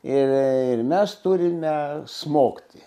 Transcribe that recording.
ir mes turime smogti